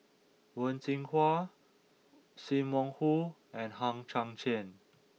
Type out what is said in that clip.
Wen Jinhua Sim Wong Hoo and Hang Chang Chieh